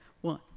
One